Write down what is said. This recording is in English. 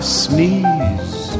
sneeze